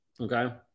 Okay